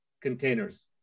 containers